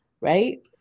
right